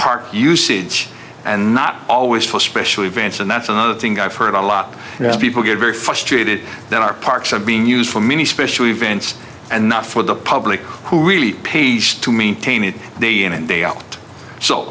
park usage and not always for special events and that's another thing i've heard a lot of people get very frustrated that our parks are being used for many special events and not for the public who really page to maintain it day in and day out so